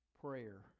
Prayer